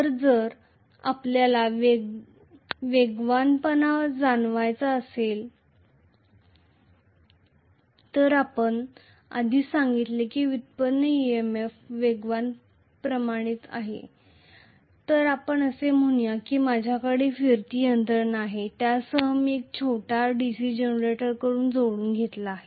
तर जर आपल्याला वेगवानपणा जाणवायचा असेल तर आपण आधीच सांगितले की व्युत्पन्न EMF वेगवान प्रमाणित आहे तर आपण असे म्हणूया की माझ्याकडे फिरती यंत्रणा आहे त्यासह मी एक छोटा DC जनरेटर जोडून घेतला आहे